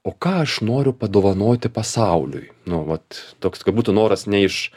o ką aš noriu padovanoti pasauliui nu vat toks kad būtų noras ne iš